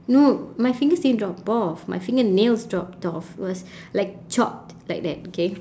no my fingers didn't drop off my fingernails dropped off it was like chopped like that okay